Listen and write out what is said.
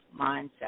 mindset